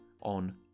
on